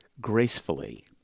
gracefully